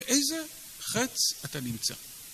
באיזה חץ אתה נמצא?